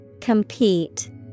Compete